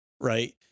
Right